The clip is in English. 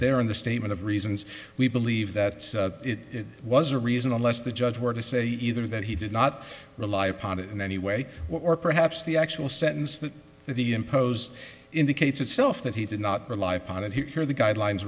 there in the statement of reasons we believe that it was a reason unless the judge were to say either that he did not rely upon it in any way or perhaps the actual sentence that the impose indicates itself that he did not rely upon it here the guidelines